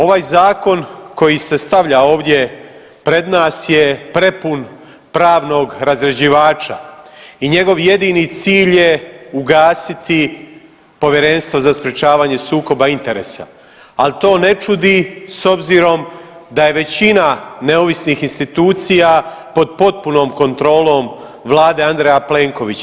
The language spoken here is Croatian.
Ovaj zakon koji se stavlja ovdje pred nas je prepun pravnog razrjeđivača i njegov jedini cilj je ugasiti povjerenstvo za sprječavanje sukoba interesa, ali to ne čudi s obzirom da je većina neovisnih institucija pod potpunom kontrolom vlade Andreja Plenkovića.